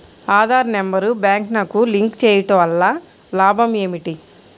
Aadhaar number బ్యాంక్నకు link చేయుటవల్ల లాభం ఏమిటి?